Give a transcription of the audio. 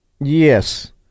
yes